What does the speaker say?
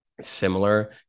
similar